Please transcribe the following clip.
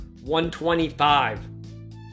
125